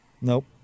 Nope